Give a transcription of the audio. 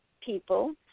people